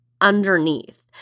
underneath